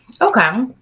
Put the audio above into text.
Okay